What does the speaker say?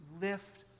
lift